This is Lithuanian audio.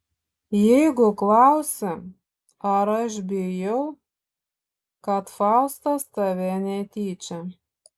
jeigu klausi ar aš bijau kad faustas tave netyčia